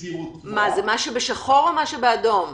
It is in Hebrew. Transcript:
זה מה שבשחור או מה שבאדום?